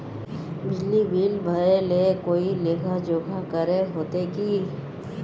बिजली बिल भरे ले कोई लेखा जोखा करे होते की?